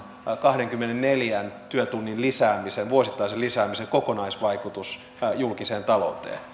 kahdenkymmenenneljän työtunnin vuosittaisen lisäämisen kokonaisvaikutus julkiseen talouteen